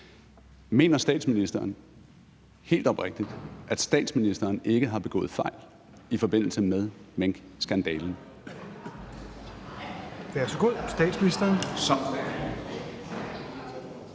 Mener statsministeren – helt oprigtigt – at statsministeren ikke har begået fejl i forbindelse med minkskandalen?